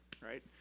right